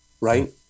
Right